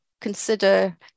consider